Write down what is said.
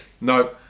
No